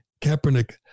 Kaepernick